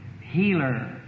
healer